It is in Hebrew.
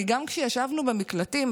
כי גם כשישבנו במקלטים,